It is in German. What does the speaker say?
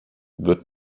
wird